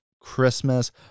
Christmas